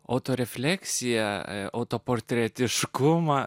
o refleksija autoportrete aiškumą